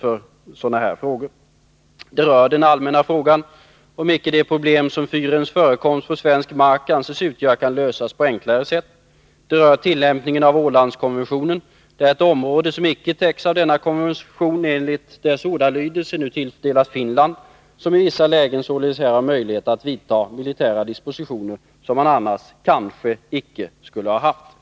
Det rör t.ex. den allmänna frågeställningen, om icke det problem som fyrens förekomst på svensk mark anses utgöra kan lösas på enklare sätt, samt tillämpningen av Ålandskonventionen. Det är ett område som icke täcks av denna konventions ordalydelse som nu tilldelas Finland, som i vissa lägen således har möjlighet att här vidta militära dispositioner som man annars kanske icke skulle ha kunnat göra.